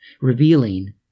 revealing